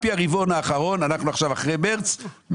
אנחנו עכשיו אחרי מרץ,